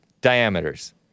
diameters